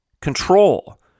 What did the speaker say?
control